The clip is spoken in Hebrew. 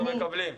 אנחנו מקבלים,